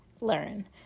learn